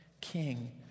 king